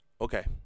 Okay